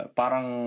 parang